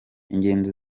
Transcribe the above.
ingendo